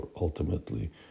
ultimately